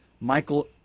Michael